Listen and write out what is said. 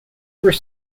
were